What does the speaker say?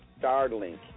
Starlink